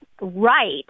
right